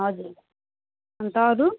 हजुर अन्त अरू